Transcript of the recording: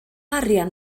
arian